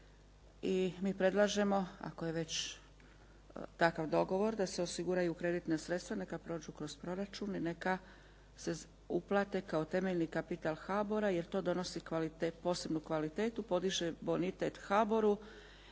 i mi predlažemo, ako je već takav dogovor da se osiguraju kreditna sredstva neka prođu kroz proračun i neka se uplate kao temeljni kapital HBOR-a jer to donosi posebnu kvalitetu, podiže bonitet HBOR-u